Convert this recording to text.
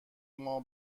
ماه